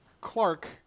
clark